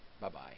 Bye-bye